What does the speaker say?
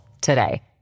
today